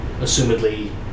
assumedly